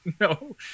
No